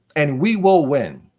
and we will win.